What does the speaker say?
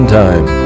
time